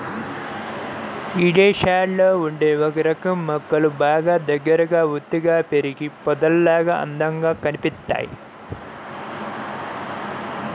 ఇదేశాల్లో ఉండే ఒకరకం మొక్కలు బాగా దగ్గరగా ఒత్తుగా పెరిగి పొదల్లాగా అందంగా కనిపిత్తయ్